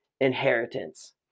inheritance